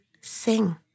Sing